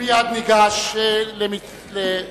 מייד ניגש לחובתנו.